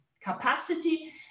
capacity